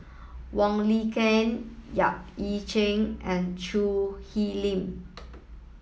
Wong Lin Ken Yap Ee Chian and Choo Hwee Lim